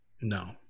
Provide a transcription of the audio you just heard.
No